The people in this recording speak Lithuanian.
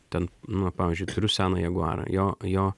ten na pavyzdžiui turiu seną jaguarą jo jo